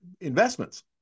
investments